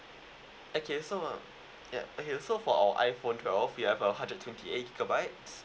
okay so uh yup okay so our iphone twelve we have a hundred twenty eight gigabyte